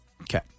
Okay